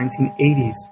1980s